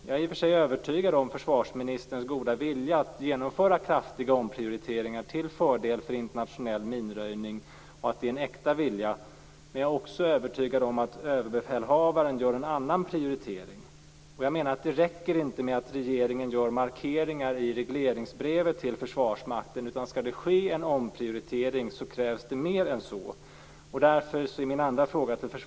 Jag är i och för sig övertygad om försvarsministerns goda vilja att genomföra kraftiga omprioriteringar till förmån för internationell minröjning, och om att det är en äkta vilja. Men jag är också övertygad om att överbefälhavaren gör en annan prioritering, och jag menar att det inte räcker med att regeringen gör markeringar i regleringsbrevet till Försvarsmakten. Skall det ske en omprioritering så krävs det mer än så.